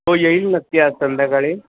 हो येईल नक्की आज संध्याकाळी